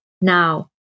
now